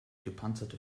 gepanzerte